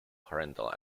parental